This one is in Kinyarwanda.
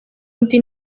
indi